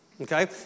okay